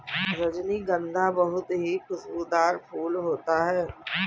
रजनीगंधा बहुत ही खुशबूदार फूल होता है